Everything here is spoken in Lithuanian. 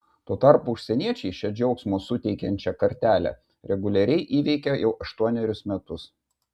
tuo tarpu užsieniečiai šią džiaugsmo suteikiančią kartelę reguliariai įveikia jau aštuonerius metus